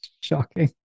shocking